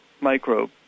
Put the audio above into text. microbe